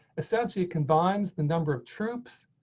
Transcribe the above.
essentially, it combines the number of troops,